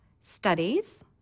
studies